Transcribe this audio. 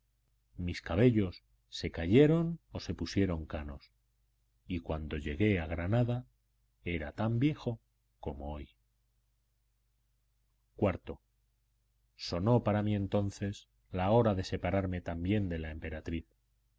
mis cabellos se cayeron o se pusieron canos y cuando llegué a granada era tan viejo como hoy iv sonó para mí entonces la hora de separarme también de la emperatriz